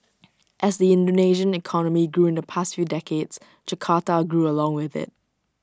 as the Indonesian economy grew in the past few decades Jakarta grew along with IT